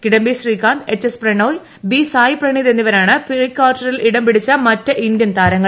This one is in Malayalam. കിടംബി ശ്രീകാന്തി H S Prannoy B Saipraneeth എന്നിവരാണ് പ്രീ കാർട്ടറിൽ ഇടം പിടിച്ച മറ്റ് ഇന്ത്യൻ താരങ്ങൾ